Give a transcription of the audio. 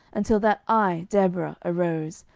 until that i deborah arose,